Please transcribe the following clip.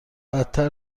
بدتر